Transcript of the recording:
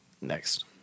Next